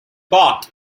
part